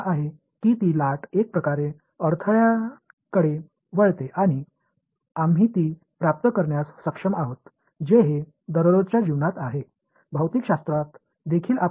எனவே அலை எப்படியாவது தடைகளைச் சுற்றி வளைந்து வந்து கொண்டிருக்கிறது அதைப் பெற முடிகிறது இது அன்றாட வாழ்க்கையில் உள்ளது